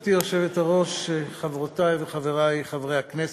גברתי היושבת-ראש, חברותי וחברי חברי הכנסת,